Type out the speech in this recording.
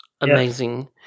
Amazing